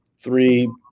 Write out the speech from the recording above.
three